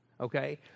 okay